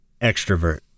extrovert